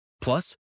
Plus